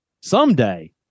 Someday